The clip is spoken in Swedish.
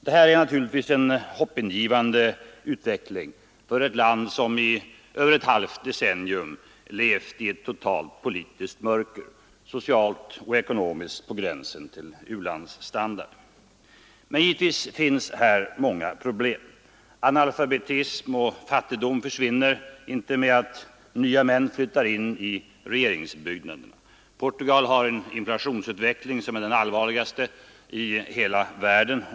Det här är naturligtvis en hoppingivande utveckling för ett land som i över ett halvt sekel levt i ett totalt politiskt mörker, socialt och ekonomiskt på gränsen till u-landsstandard. Men givetvis finns här många problem; analfabetism och fattigdom försvinner inte med att nya män flyttar in i regeringsbyggnaderna. Portugal har en inflationsutveckling som är en av de allvarligaste i hela världen.